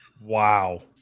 Wow